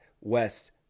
West